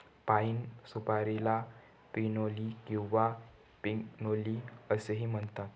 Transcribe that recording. पाइन सुपारीला पिनोली किंवा पिग्नोली असेही म्हणतात